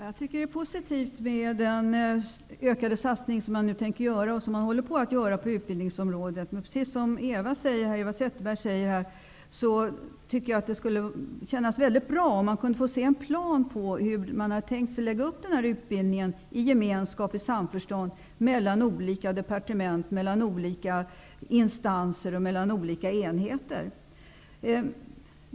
Herr talman! Det är positivt med den ökade satsning som regeringen tänker göra och som man nu håller på att genomföra på utbildningsområdet. Men precis som Eva Zetterberg här säger skulle det kännas mycket bra om vi kunde få se en plan på hur man har tänkt sig att lägga upp den här utbildningen i gemenskap och samförstånd mellan olika departement, olika instanser och olika enheter.